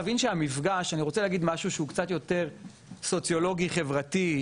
משהו שהוא קצת יותר סוציולוגי חברתי,